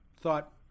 thought